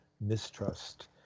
mistrust